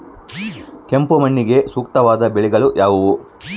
ಕೆಂಪು ಮಣ್ಣಿಗೆ ಸೂಕ್ತವಾದ ಬೆಳೆಗಳು ಯಾವುವು?